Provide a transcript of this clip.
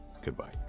Goodbye